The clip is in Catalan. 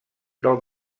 del